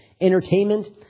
Entertainment